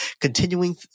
continuing